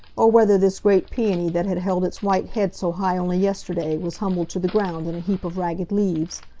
or whether this great peony that had held its white head so high only yesterday, was humbled to the ground in a heap of ragged leaves.